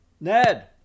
Ned